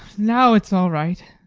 now it's all right.